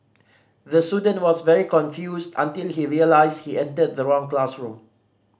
the student was very confused until he realised he entered the wrong classroom